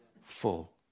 full